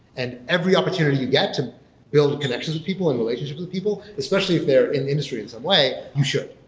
and every opportunity you get to build connections with people and relationships with people, especially if they're in the industry in some way, you should,